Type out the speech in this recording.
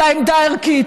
אלא עמדה ערכית,